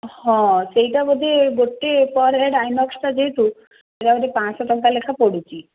ହଁ ସେଇଟା ବୋଧେ ଗୋଟେ ପରେ ଏଇଟା ଆଇନକ୍ସଟା ଯେହେତୁ ଜଣଙ୍କା ପାଞ୍ଚ ଶହ ଟଙ୍କା ଲେଖାଏଁ ପଡ଼ୁଛି